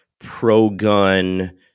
pro-gun